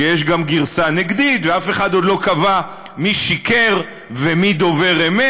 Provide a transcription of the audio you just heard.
שיש גם גרסה נגדית ואף אחד עוד לא קבע מי שיקר ומי דובר אמת.